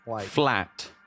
flat